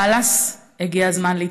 חלאס, הגיע הזמן להתפטר.